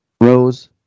Rose